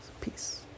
Peace